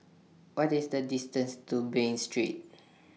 What IS The distance to Bain Street